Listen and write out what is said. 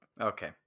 Okay